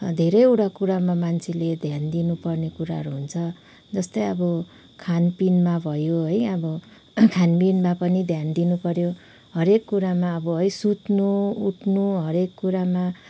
धेरैवटा कुरामा मान्छेले ध्यान दिनुपर्ने कुराहरू हुन्छ जस्तै अब खानपिनमा भयो है अब खानपिनमा पनि ध्यान दिनपऱ्यो हरेक कुरामा अब है सुत्नु उठ्नु हरेक कुरामा